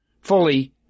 fully